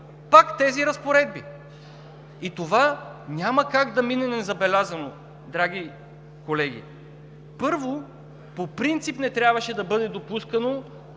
в друг закон. Това няма как да мине незабелязано, драги колеги. Първо, по принцип не трябваше да бъде допускано